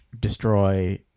destroy